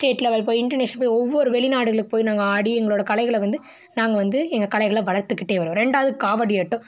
state level போய் international ஒவ்வொரு வெளிநாடுகளுக்கு போய் நாங்கள் ஆடி எங்களோடய கலைகளை வந்து நாங்கள் வந்து எங்கள் கலைகளை வளர்த்துக்கிட்டே வரோம் ரெண்டாவது காவடி ஆட்டம்